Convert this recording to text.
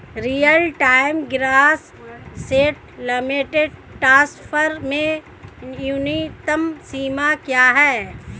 Real time gross settlement transfer में न्यूनतम सीमा क्या है?